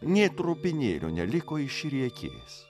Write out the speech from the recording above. nė trupinėlio neliko iš riekės